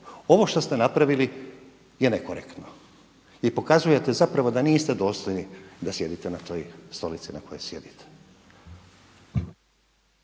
Ovo što ste napravili je nekorektno i pokazujete zapravo da niste dostojni da sjedite na toj stolici na kojoj sjedite.